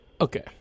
Okay